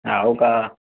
हो का